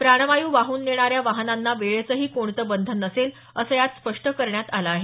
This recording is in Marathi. प्राणवायू वाहून नेणाऱ्या वाहनांना वेळेचंही कोणतं बंधन नसेल असं यात स्पष्ट करण्यात आलं आहे